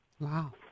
Wow